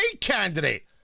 candidate